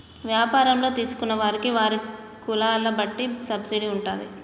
వ్యాపారంలో తీసుకున్న వారికి వారి కులాల బట్టి సబ్సిడీ ఉంటాది